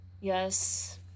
Yes